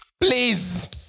Please